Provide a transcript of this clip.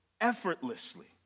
effortlessly